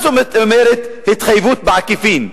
מה זאת אומרת "התחייבות בעקיפין"?